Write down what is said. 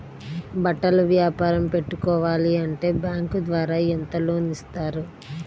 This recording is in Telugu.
బట్టలు వ్యాపారం పెట్టుకోవాలి అంటే బ్యాంకు ద్వారా ఎంత లోన్ ఇస్తారు?